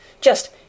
Just